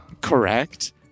Correct